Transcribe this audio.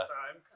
time